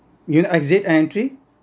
you know exit entry